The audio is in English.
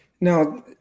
now